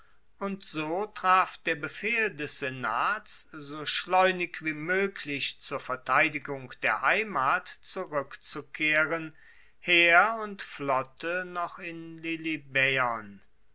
und so traf der befehl des senats so schleunig wie moeglich zur verteidigung der heimat zurueckzukehren heer und flotte noch in